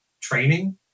training